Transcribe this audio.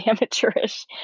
amateurish